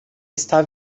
está